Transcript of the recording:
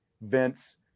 Vince